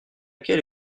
quelle